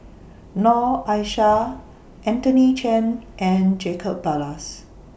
Noor Aishah Anthony Chen and Jacob Ballas